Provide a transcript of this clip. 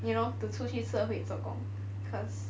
you know to 出去社会做工 cause